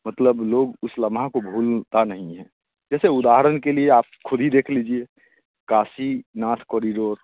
मतलब लोग उस लमहे को भूलते नहीं हैं जैसे उदाहरण के लिए आप खुद ही देख लीजिए काशीनाथ कॉरिडोर